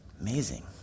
Amazing